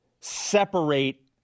separate –